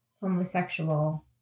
homosexual